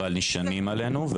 אבל נשענים עלינו,